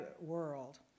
world